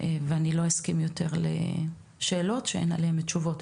ואני לא אסכים יותר שיעלו שאלות שאין עליהן תשובות.